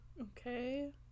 Okay